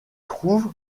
trouve